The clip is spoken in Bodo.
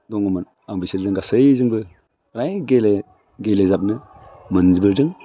दङमोन आं बिसोरजों गासैजोंबो फ्राइ गेले गेलेजाबनो मोनबोदों